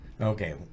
okay